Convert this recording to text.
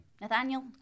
Nathaniel